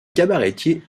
cabaretier